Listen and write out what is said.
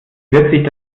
wird